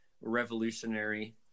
revolutionary